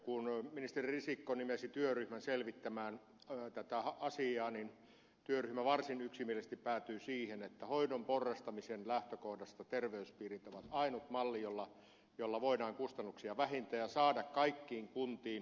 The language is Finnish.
kun ministeri risikko nimesi työryhmän selvittämään tätä asiaa niin työryhmä varsin yksimielisesti päätyi siihen että hoidon porrastamisen lähtökohtana terveyspiirit ovat ainut malli jolla voidaan kustannuksia vähentää ja saada kaikkiin kuntiin terveydenhuoltopalveluja